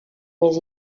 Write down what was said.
més